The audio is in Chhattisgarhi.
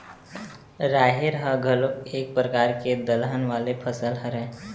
राहेर ह घलोक एक परकार के दलहन वाले फसल हरय